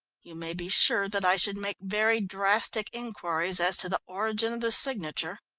you may be sure that i should make very drastic inquiries as to the origin of the signature.